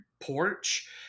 porch